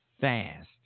fast